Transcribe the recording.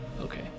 Okay